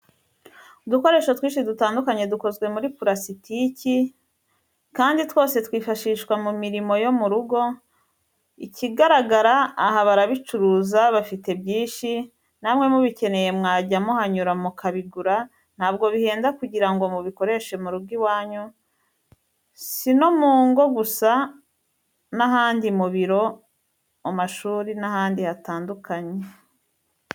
Udukoresho twinshi dutandukanye dukozwe muri purasitike kandi twose twifashishwa mu mirimo yo mu rugo, ikigaragara aha barabicuruza bafite byinshi, namwe mubikeneye mwajya muhanyura mukabigura ntabwo bihenda kugira ngo mubikoreshe mu rugo iwanyu, si no mu ngo gusa n'ahandi mu biro, mu mashuri n'ahandi hatandukanye.